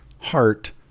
heart